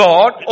God